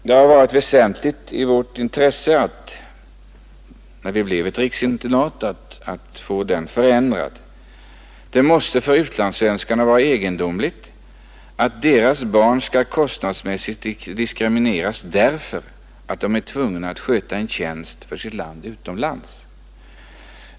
Det har varit ett väsentligt intresse för oss, när skolan blev ett riksinternat, att få kostnadssidan förändrad. Det måste för utlandssvenskarna vara egendomligt att deras barn skall kostnadsmässigt diskrimineras därför att föräldrarna är tvungna att utrikes sköta en tjänst för sitt land.